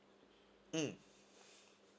mm